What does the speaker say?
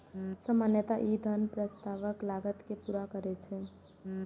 सामान्यतः ई धन प्रस्तावक लागत कें पूरा करै छै